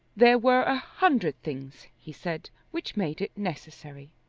there were a hundred things, he said, which made it necessary.